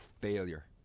failure